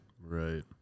Right